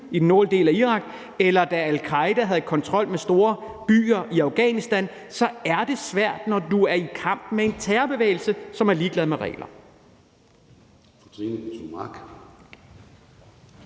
i den nordlige del af Irak, eller da al-Qaeda havde kontrol over store byer i Afghanistan, så er det svært, når du er i kamp med en terrorbevægelse, som er ligeglad med regler.